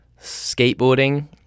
skateboarding